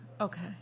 Okay